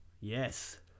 yes